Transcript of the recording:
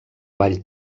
vall